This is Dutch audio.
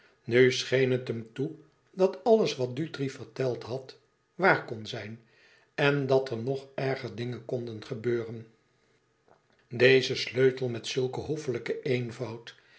nu scheen het hem toe dat alles wat dutri verteld had waar kon zijn en dat er ng erger dingen konden gebeuren deze sleutel met zulke hoffelijken eenvoud